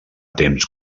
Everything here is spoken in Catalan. temps